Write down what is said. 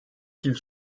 qu’ils